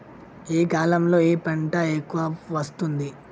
ఏ కాలంలో ఏ పంట ఎక్కువ వస్తోంది?